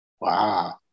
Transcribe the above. Wow